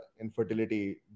infertility